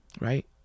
Right